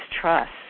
trust